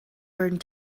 burned